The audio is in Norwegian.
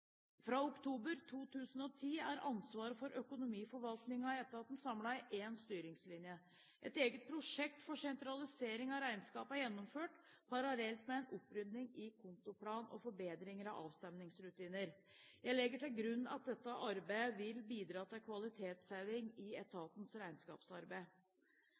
Fra oktober 2010 er ansvaret for økonomiforvaltningen i etaten samlet i én styringslinje. Et eget prosjekt for sentralisering av regnskap er gjennomført parallelt med en opprydding i kontoplan og forbedringer av avstemmingsrutiner. Jeg legger til grunn at dette arbeidet vil bidra til kvalitetsheving i etatens regnskapsarbeid.